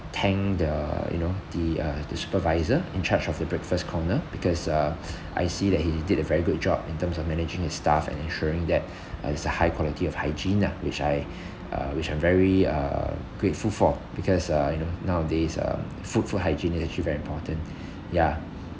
thank the you know the uh the supervisor in charge of the breakfast corner because uh I see that he did a very good job in terms of managing his staff and ensuring that uh it's a high quality of hygiene ah which I uh which I'm very uh grateful for because uh you know nowadays uh food food hygiene is actually very important ya